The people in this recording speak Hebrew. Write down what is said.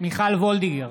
מיכל וולדיגר,